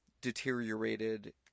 deteriorated